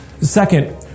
Second